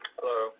Hello